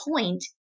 point